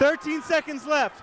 thirty seconds left